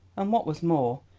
and what was more,